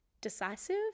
decisive